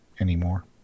anymore